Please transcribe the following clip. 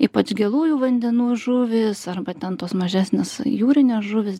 ypač gėlųjų vandenų žuvys arba ten tos mažesnės jūrinės žuvys